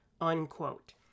Unquote